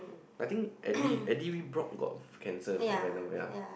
I think Eddie Eddie-Rebrock got cancer from Venom yeah